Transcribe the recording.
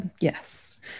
yes